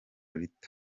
rita